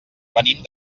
venim